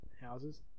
houses